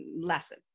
lesson